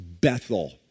Bethel